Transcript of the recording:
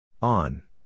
On